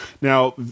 Now